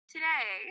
Today